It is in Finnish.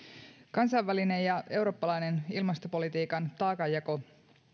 kansainvälinen ja eurooppalainen ilmastopolitiikan taakanjako